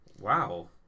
wow